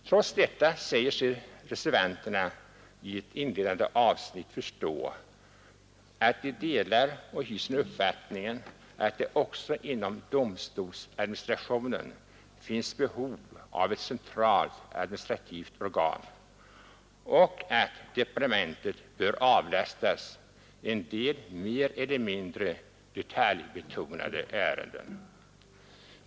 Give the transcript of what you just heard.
Trots detta säger reservanterna i ett inledande avsnitt att de delar uppfattningen att det också inom domstolsväsendet finns behov av ett centralt administrativt organ och att — Nr 74 departementet bör avlastas en del mer eller mindre detaljbetonade Fredagen den ärenden.